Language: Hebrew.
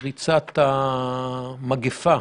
פריצת המגיפה,